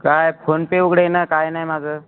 काय फोनपे उघडेना काय नाही माझं